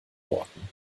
worten